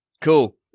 Cool